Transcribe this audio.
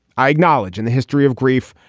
i acknowledge in the history of grief,